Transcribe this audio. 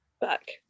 back